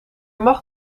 mag